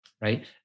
Right